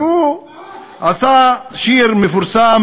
והוא כתב שיר מפורסם,